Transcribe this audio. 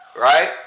right